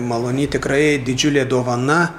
malony tikrai didžiulė dovana